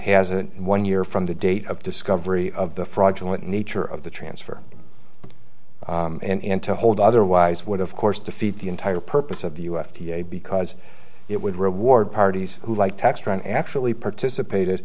hasn't one year from the date of discovery of the fraudulent nature of the transfer and to hold otherwise would of course defeat the entire purpose of the u s d a because it would reward parties who like textron actually participated